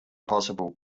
possible